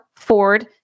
Ford